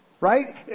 Right